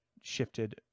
shifted